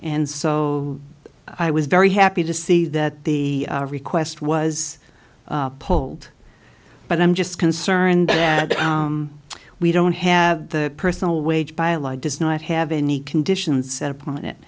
and so i was very happy to see that the request was polled but i'm just concerned that we don't have the personal wage by ally does not have any conditions set upon